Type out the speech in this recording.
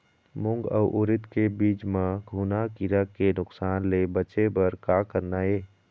मूंग अउ उरीद के बीज म घुना किरा के नुकसान ले बचे बर का करना ये?